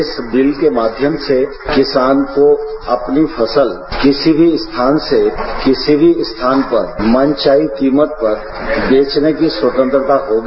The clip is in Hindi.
इस बिल के माध्यम से किसान को अपनी फसल किसी भी स्थान से किसी भी स्थान पर मनचाही कीमत पर बेचने की स्वतंत्रता होगी